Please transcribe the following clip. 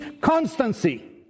constancy